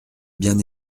bien